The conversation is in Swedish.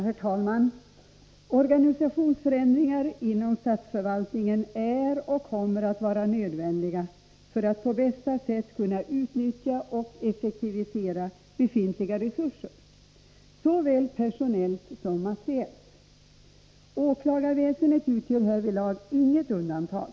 Herr talman! Organisationsförändringar inom statsförvaltningen är och kommer att vara nödvändiga för att vi på bästa sätt skall kunna utnyttja och effektivisera befintliga resurser, såväl personellt som materiellt. Åklagarväsendet utgör härvidlag inget undantag.